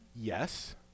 Yes